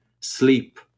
Sleep